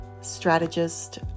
strategist